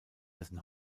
dessen